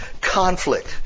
conflict